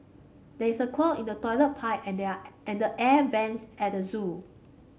there is a clog in the toilet pipe and they are and air vents at the zoo